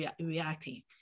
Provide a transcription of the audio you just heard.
reacting